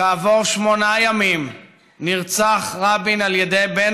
כעבור שמונה ימים נרצח רבין על ידי בן